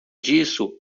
disso